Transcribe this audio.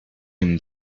him